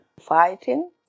fighting